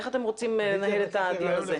איך אתם רוצים לנהל את הדיון הזה?